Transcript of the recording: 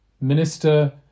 minister